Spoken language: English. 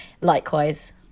Likewise